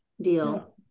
deal